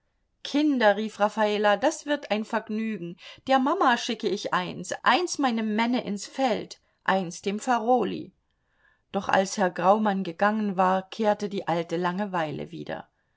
kinder rief raffala das wird ein vergnügen der mama schicke ich eins eins meinem männe ins feld eins dem farolyi doch als herr graumann gegangen war kehrte die alte langeweile wieder